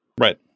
Right